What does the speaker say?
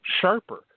sharper